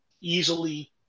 easily